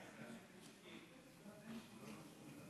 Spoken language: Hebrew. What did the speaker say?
דברי הכנסת חוברת